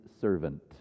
servant